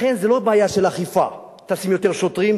לכן, זה לא בעיה של אכיפה, תשים יותר שוטרים.